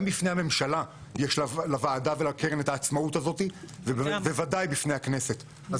גם בפני הממשלה יש לוועדה ולקרן את העצמאות הזאת ובוודאי בפני הכנסת.